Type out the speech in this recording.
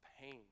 pain